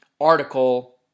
article